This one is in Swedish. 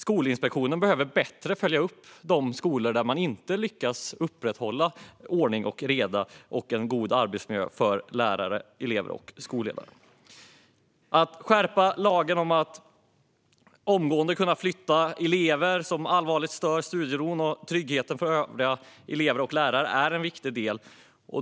Skolinspektionen behöver bättre följa upp de skolor där man inte lyckas upprätthålla ordning och reda och en god arbetsmiljö för lärare, elever och skolledare. Att skärpa lagen för att omgående kunna flytta elever som allvarligt stör studieron och tryggheten för övriga elever och lärare är en viktig del.